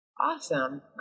awesome